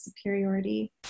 superiority